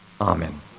Amen